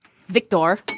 Victor